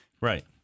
Right